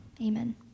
Amen